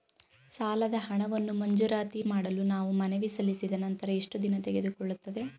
ಸಾಲದ ಹಣವನ್ನು ಮಂಜೂರಾತಿ ಮಾಡಲು ನಾವು ಮನವಿ ಸಲ್ಲಿಸಿದ ನಂತರ ಎಷ್ಟು ದಿನ ತೆಗೆದುಕೊಳ್ಳುತ್ತದೆ?